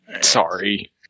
Sorry